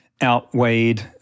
Outweighed